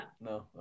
No